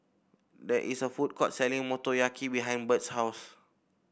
there is a food court selling Motoyaki behind Bert's house